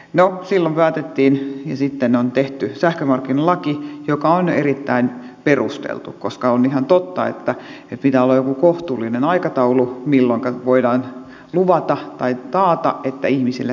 no silloin päätettiin ja sitten on tehty sähkömarkkinalaki joka on erittäin perusteltu koska on ihan totta että pitää olla joku kohtuullinen aikataulu milloinka voidaan luvata tai taata että ihmisille se sähkö kulkee